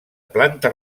planta